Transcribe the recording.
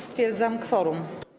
Stwierdzam kworum.